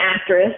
actress